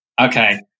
Okay